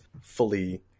fully